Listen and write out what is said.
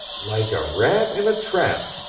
like a rat in a trap!